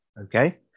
okay